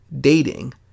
dating